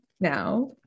now